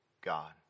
God